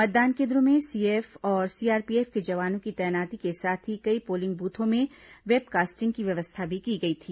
मतदान केन्द्रों में सीएएफ और सीआरपीएफ के जवानों की तैनाती के साथ ही कई पोलिंग बूथों में वेबकास्टिंग की व्यवस्था भी की गई थी